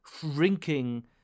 shrinking